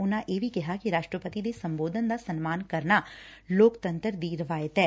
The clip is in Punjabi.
ਉਨਾਂ ਇਹ ਵੀ ਕਿਹਾ ਕਿ ਰਾਸਟਰਪਤੀ ਦੇ ਸੰਬੋਧਨ ਦਾ ਸਨਮਾਨ ਕਰਨਾ ਲੋਕਤੰਤਰ ਦੀ ਰਵਾਇਤ ਐ